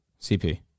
CP